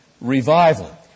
revival